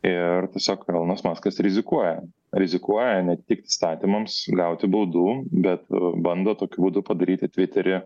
ir tiesiog elonas maskas rizikuoja rizikuoja ne tik įstatymams gauti baudų bet bando tokiu būdu padaryti tviterį